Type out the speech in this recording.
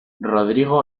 rodrigo